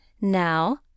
now